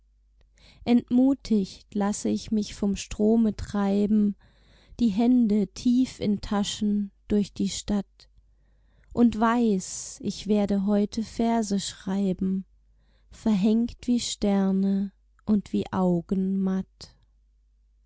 entmutigt lasse ich mich vom strome treiben die hände tief in taschen durch die stadt und weiß ich werde heute verse schreiben verhängt wie sterne und wie augen matt